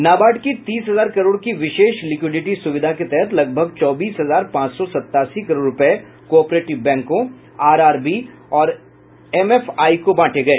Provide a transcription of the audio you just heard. नाबार्ड की तीस हजार करोड़ की विशेष लिक्विडिटी सुविधा के तहत लगभग चौबीस हजार पांच सौ सत्तासी करोड रुपए कॉपरेटिव बैंकों आरआरबी और एम एफ आई को बांटे गए